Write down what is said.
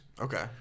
Okay